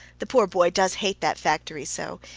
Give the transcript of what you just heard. the poor boy does hate that factory so!